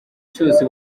cyose